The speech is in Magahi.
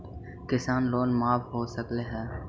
किसान लोन माफ हो सक है?